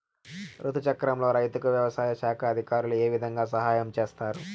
రుతు చక్రంలో రైతుకు వ్యవసాయ శాఖ అధికారులు ఏ విధంగా సహాయం చేస్తారు?